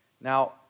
Now